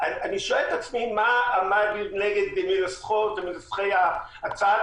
אני שואל את עצמי מה עמד לנגד מנסחות/מנסחי הצעת